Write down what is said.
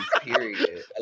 period